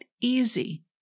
easy